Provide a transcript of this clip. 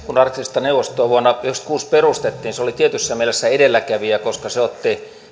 kun arktista neuvostoa vuonna yhdeksänkymmentäkuusi perustettiin se oli tietyssä mielessä edelläkävijä koska se otti